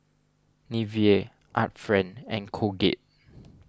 Nivea Art Friend and Colgate